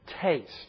taste